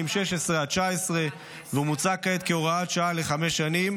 2016 עד 2019 ומוצע כעת כהוראת שעה לחמש שנים,